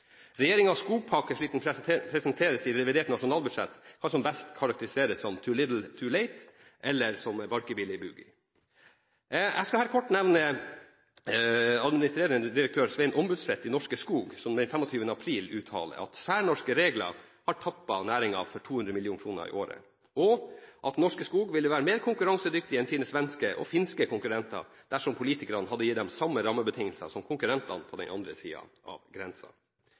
den presenteres i revidert nasjonalbudsjett, kan som best karakteriseres som «too little, too late», eller som «Barkebille boogie». Jeg skal her kort nevne administrerende direktør Sven Ombudstvedt i Norske Skog, som den 25. april 2013 uttalte: «Særnorske regler tapper oss for 200 millioner i året». Han sa videre: «Norske Skog ville være mer konkurransedyktig enn sine svenske og finske konkurrenter dersom politikerne hadde gitt dem samme rammebetingelser som konkurrentene på andre siden av